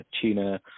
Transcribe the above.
tuna